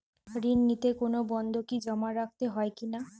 ঋণ নিতে কোনো বন্ধকি জমা রাখতে হয় কিনা?